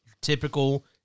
Typical